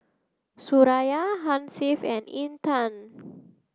Suraya Hasif and Intan